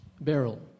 Beryl